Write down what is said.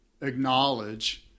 acknowledge